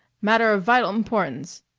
matter of vi'al importance.